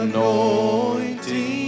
Anointing